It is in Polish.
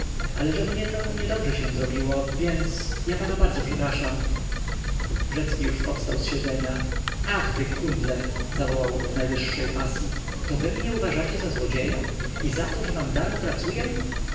ale że mnie się trochę niedobrze zrobiło więc ja pana bardzo przepraszam rzecki już powstał z siedzenia ach wy kundle zawołał w najwyższej pasyi to wy mnie uważacie za złodzieja i zato że wam darmo pracuję